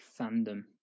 fandom